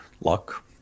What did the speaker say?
luck